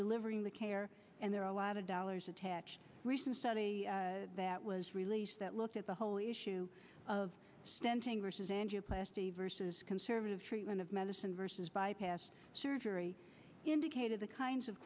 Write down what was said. delivering the care and there are a lot of dollars attached recent study that was released that looked at the whole issue of stenting versus angioplasty versus conservative treatment of medicine versus bypass surgery indicated the kinds of